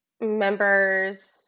members